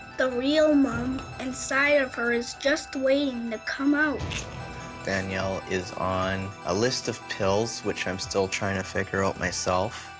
the real mom inside of her is just waiting to come out. man danielle is on a list of pills, which i'm still trying to figure out myself.